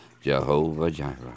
Jehovah-Jireh